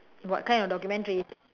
what kind of documentaries